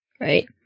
right